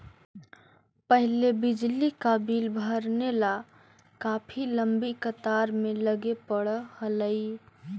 पहले बिजली का बिल भरने ला काफी लंबी कतार में लगे पड़अ हलई